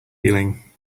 feeling